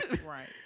Right